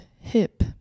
Hip